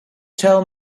tell